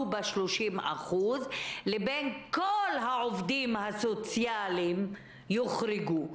ב-30% לבין זה שכל העובדים הסוציאליים יוחרגו,